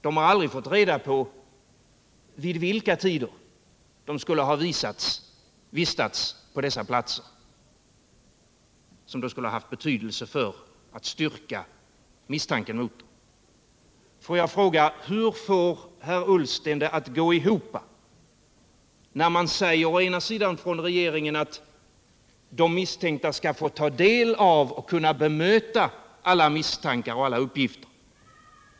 De har aldrig fått reda på vid vilka tider de skulle ha vistats på de platser som angivits för att styrka misstanken mot dem. Hur får herr Ullsten detta att gå ihop? Å ena sidan säger regeringen att de misstänkta skall få ta del av och kunna bemöta alla misstankar och uppgifter.